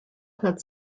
had